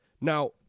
Now